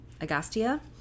Agastya